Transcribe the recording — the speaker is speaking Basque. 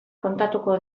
kontatuko